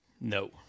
No